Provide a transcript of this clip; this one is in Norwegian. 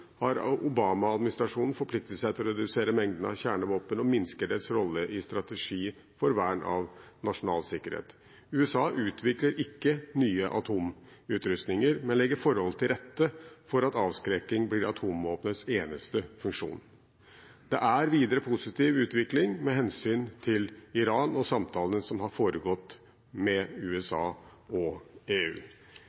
har Obama-administrasjonen forpliktet seg til å redusere mengden av kjernevåpen og minske dets rolle i strategi for vern av nasjonal sikkerhet. USA utvikler ikke nye atomutrustninger, men legger forholdene til rette for at avskrekking blir atomvåpenets eneste funksjon. Det er videre positiv utvikling med hensyn til Iran og samtalene som har foregått med